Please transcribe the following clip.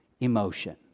emotion